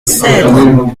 cedres